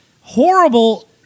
horrible